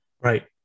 Right